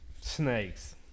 Snakes